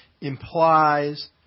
implies